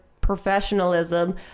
professionalism